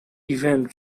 even